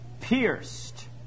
pierced